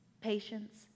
patience